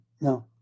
No